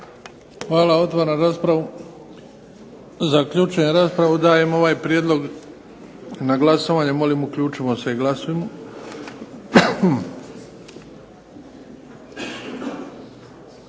Hvala. Otvaram raspravu. Zaključujem raspravu. Dajem ovaj Prijedlog na glasovanje, molim uključimo se i glasujmo.